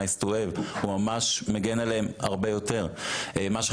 אנחנו ממשיכים בסדר היום של הוועדה ואני מתכבדת לפתוח את